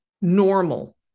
normal